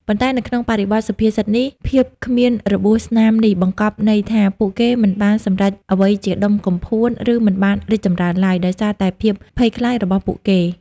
ប៉ុន្តែនៅក្នុងបរិបទសុភាសិតនេះ ភាពគ្មានរបួសស្នាមនេះ បង្កប់ន័យថា ពួកគេមិនបានសម្រេចអ្វីជាដុំកំភួន ឬមិនបានរីកចម្រើនឡើយ ដោយសារតែភាពភ័យខ្លាចរបស់ពួកគេ។